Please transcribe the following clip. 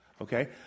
okay